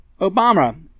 Obama